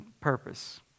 purpose